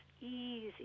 easy